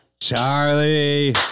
Charlie